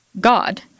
God